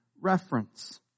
reference